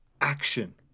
action